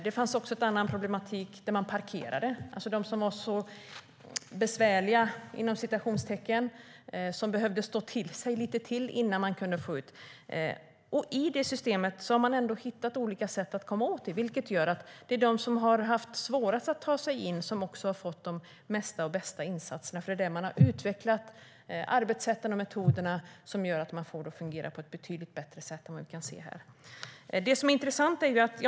Det fanns också en annan problematik med att man parkerade, det vill säga att de som var "besvärliga" fick vänta innan de kunde komma ut på arbetsmarknaden. Men man har ändå kommit åt det problemet. De som har haft svårast att ta sig in på arbetsmarknaden har fått de mesta och bästa insatserna. Man har utvecklat arbetssätten och metoderna, och det har gjort att man har fått systemet att fungera på ett betydligt bättre sätt.